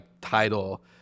title